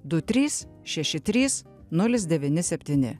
du trys šeši trys nulis devyni septyni